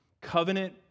covenant